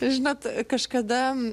žinot kažkada